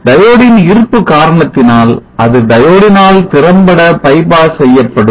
Diode ன் இருப்பு காரணத்தினால் அது diode னால் திறம்பட bypass செய்யப்படும்